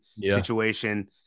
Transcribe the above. situation